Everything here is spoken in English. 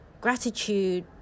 gratitude